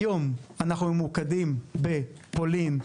היום אנחנו ממוקדים בפולין,